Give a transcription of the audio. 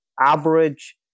average